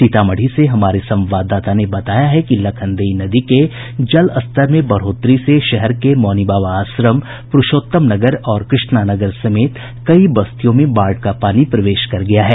सीतामढ़ी से हमारे संवाददाता ने बताया है कि लखनदेई नदी के जलस्तर में बढ़ोतरी से शहर के मौनीबाबा आश्रम पुरूषोत्तमनगर और कृष्णानगर समेत कई बस्तियों में बाढ़ का पानी प्रवेश कर गया है